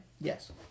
Yes